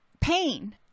pain